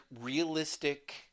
realistic